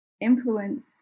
influence